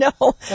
No